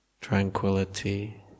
tranquility